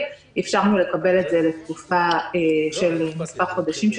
אפשרנו לקבל את זה לתקופה של מספר חודשים,